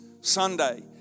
Sunday